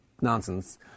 nonsense